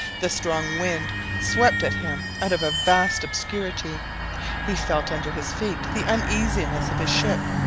the strong wind swept at him out of a vast obscurity he felt under his feet the uneasiness of his ship,